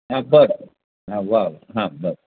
हां बरं हां वा हां बरं